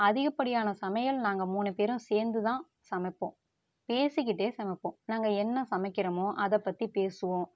அதிகப்படியான சமையல் நாங்கள் மூணு பேரும் சேர்ந்துதான் சமைப்போம் பேசிக்கிட்டே சமைப்போம் நாங்கள் என்ன சமைக்கிறமோ அதைப் பற்றிப் பேசுவோம்